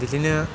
बिदिनो